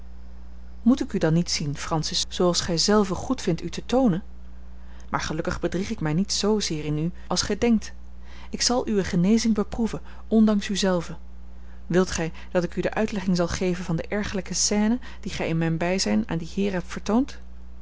moet ik u dan niet zien francis zooals gij zelve goedvindt u te toonen maar gelukkig bedrieg ik mij niet z zeer in u als gij denkt ik zal uwe genezing beproeven ondanks u zelve wilt gij dat ik u de uitlegging zal geven van de ergerlijke scène die gij in mijn bijzijn aan die heeren hebt vertoond